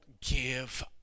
give